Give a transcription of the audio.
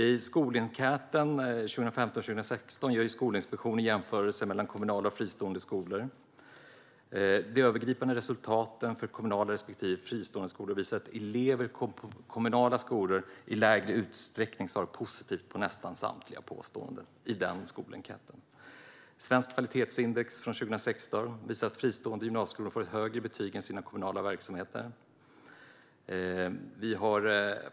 I Skolenkäten för 2015/16 gör Skolinspektionen jämförelser mellan kommunala och fristående skolor. De övergripande resultaten för kommunala respektive fristående skolor visar att elever i kommunala skolor i lägre utsträckning svarar positivt på nästan samtliga påståenden i den enkäten. Svenskt Kvalitetsindex från 2016 visar att fristående gymnasieskolor får högre betyg än kommunala verksamheter.